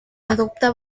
adopta